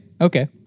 okay